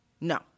No